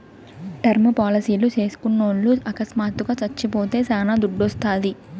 term పాలసీలు చేస్కున్నోల్లు అకస్మాత్తుగా సచ్చిపోతే శానా దుడ్డోస్తాది